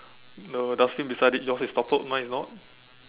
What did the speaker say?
the dustbin beside it yours is toppled mine is not